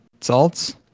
salts